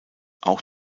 auch